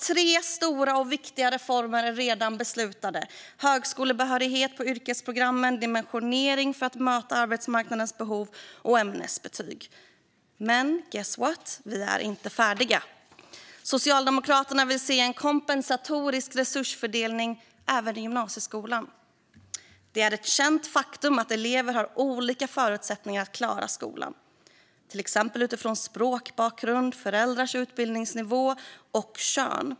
Tre stora och viktiga reformer är redan beslutade: högskolebehörighet på yrkesprogrammen, dimensionering för att möta arbetsmarknadens behov och ämnesbetyg. Men guess what - vi är inte färdiga. Socialdemokraterna vill se en kompensatorisk resursfördelning även i gymnasieskolan. Det är ett känt faktum att elever har olika förutsättningar att klara skolan, till exempel utifrån språkbakgrund, föräldrarnas utbildningsnivå och kön.